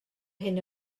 hyn